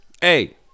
Hey